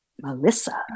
Melissa